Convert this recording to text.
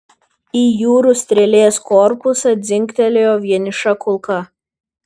į jūrų strėlės korpusą dzingtelėjo vieniša kulka